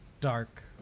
dark